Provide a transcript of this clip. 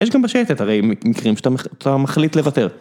יש גם בשייטת, הרי מקרים שאתה מחליט לוותר.